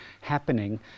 happening